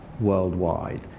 worldwide